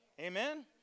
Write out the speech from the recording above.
amen